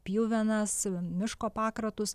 pjuvenas miško pakratus